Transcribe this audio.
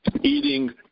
eating